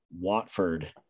Watford